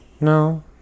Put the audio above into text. No